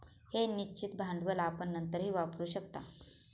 हे निश्चित भांडवल आपण नंतरही वापरू शकता